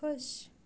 खुश